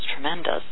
tremendous